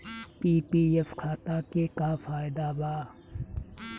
PPF खाता के का फायदा बा?